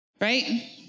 Right